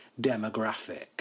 demographic